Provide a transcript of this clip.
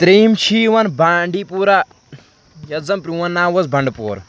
ترٛیٚیِم چھِ یِوان بانڈی پورہ یَتھ زَن پرٛون ناو اوس بنٛڈٕ پوٗر